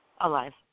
Alive